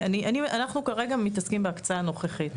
מתעסקים כרגע בהקצאה הנוכחית,